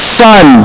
son